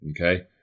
Okay